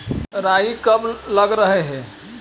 राई कब लग रहे है?